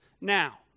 now